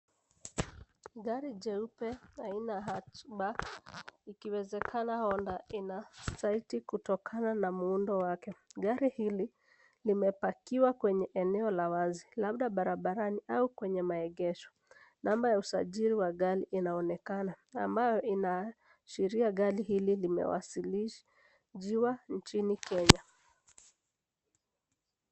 Gari jeupe, aina hatchback , ikiwezekana Honda , ina saiti kutokana na muundo wake. Gari hili limepakiwa kwenye eneo la wazi, labda barabarani au kwenye maegesho. Namba ya usajili wa gari inaonekana, ambayo inaashiria gari hili limewasilishajiwa nchini Kenya.